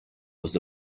was